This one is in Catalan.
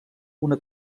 una